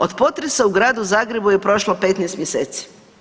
Od potresa u Gradu Zagrebu je prošlo 15 mjeseci.